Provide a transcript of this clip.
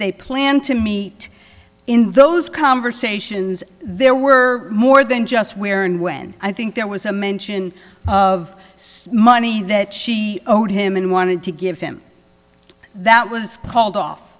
they planned to meet in those conversations there were more than just where and when i think there was a mention of money that she owed him and wanted to give him that was called off